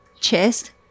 Chest